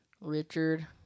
Richard